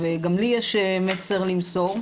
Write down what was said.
גם לי יש מסר למסור,